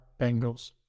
Bengals